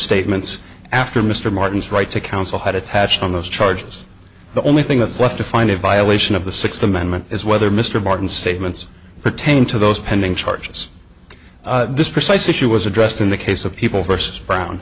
statements after mr martin's right to counsel had attached on those charges the only thing that's left to find a violation of the sixth amendment is whether mr barton statements pertaining to those pending charges this precise issue was addressed in the case of people first brown